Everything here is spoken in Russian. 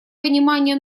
понимание